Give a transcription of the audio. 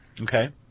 Okay